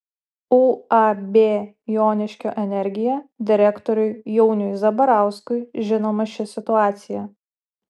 uab joniškio energija direktoriui jauniui zabarauskui žinoma ši situacija